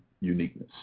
uniqueness